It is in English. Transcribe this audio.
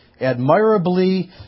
admirably